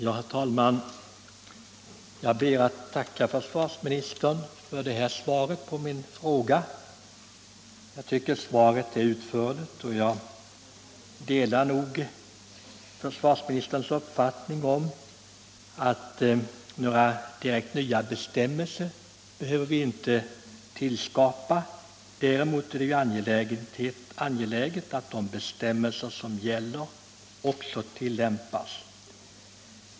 av överskottslivsme Herr talman! Jag ber att få tacka försvarsministern för det utförliga — del vid militära svaret på min fråga. Jag delar försvarsministerns uppfattning att några — förband direkt nya bestämmelser inte behöver tillskapas. Däremot är det angeläget att de bestämmelser som gäller också tillämpas.